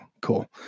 Cool